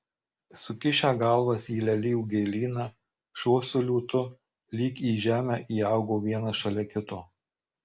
sukišę galvas į lelijų gėlyną šuo su liūtu lyg į žemę įaugo vienas šalia kito